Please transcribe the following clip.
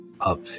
up